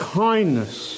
kindness